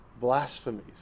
Blasphemies